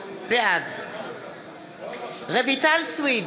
בעד רויטל סויד,